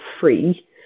free